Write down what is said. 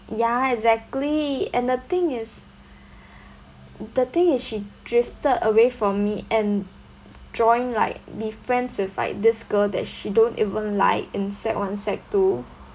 ya exactly and the thing is the thing is she drifted away from me and join like be friends with like this girl that she don't even like in sec one sec two